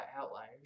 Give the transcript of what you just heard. outliers